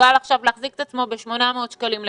שקלים ועכשיו הוא מסוגל להחזיק את עצמו ב-800 שקלים לחודש.